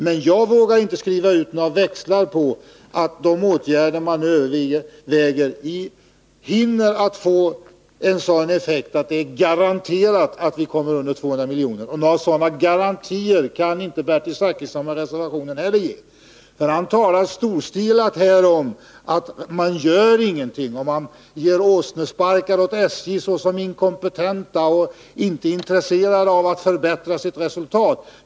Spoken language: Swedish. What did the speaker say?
Men jag vågar inte skriva ut några växlar på att de åtgärder man överväger hinner få sådan effekt att det är garanterat att underskottet håller sig under 200 miljoner. Sådana garantier kan inte Bertil Zachrisson och reservationen heller ge. Bertil Zachrisson talar storstilat om att man gör ingenting, och han ger åsnesparkar åt SJ:s ledning som han menar är inkompetent och inte intresserad av att förbättra resultatet.